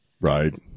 Right